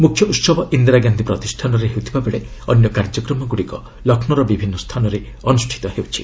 ମୁଖ୍ୟ ଉତ୍ସବ ଇନ୍ଦିରାଗାନ୍ଧି ପ୍ରତିଷ୍ଠାନରେ ହେଉଥିବାବେଳେ ଅନ୍ୟ କାର୍ଯ୍ୟକ୍ରମଗୁଡ଼ିକ ଲକ୍ଷ୍ମୌର ବିଭିନ୍ନ ସ୍ଥାନରେ ଅନୁଷ୍ଠିତ ହେଉଛି